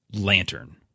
lantern